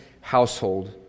household